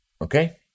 Okay